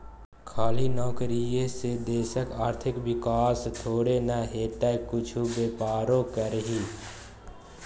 खाली नौकरीये से देशक आर्थिक विकास थोड़े न हेतै किछु बेपारो करही